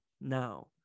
now